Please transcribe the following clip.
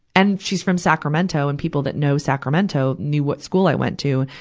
and she's from sacramento. and people that know sacramento knew what school i went to,